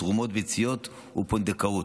תרומות ביציות ופונדקאות.